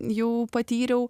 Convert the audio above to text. jų patyriau